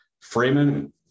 Freeman